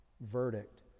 verdict